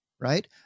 right